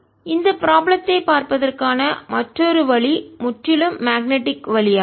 rr P இந்த ப்ராப்ளத்தை பார்ப்பதற்கான மற்றொரு வழி முற்றிலும் மேக்னெட்டிக் காந்தமாகும் வழி ஆகும்